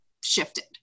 shifted